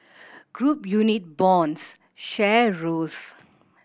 group unit bonds share rose